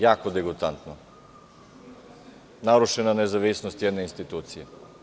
Jako degutantno, narušena nezavisnost jedne institucije.